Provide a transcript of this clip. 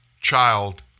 child